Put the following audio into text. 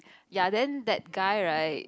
ya then that guy right